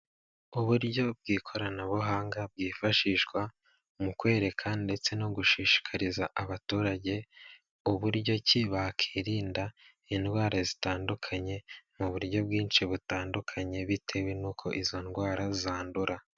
Uburyo bw'ikoranabuhanga, bwifashishwa mu kwereka ndetse no gushishikariza abaturage, uburyo ki bakwirinda indwara zitandukanye, mu buryo bwinshi butandukanye, bitewe n'uko izo ndwara zandura.